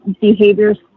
behaviors